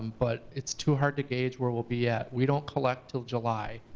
but it's too hard to gauge where we'll be at. we don't collect till july.